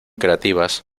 creativas